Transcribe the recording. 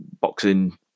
boxing